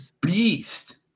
beast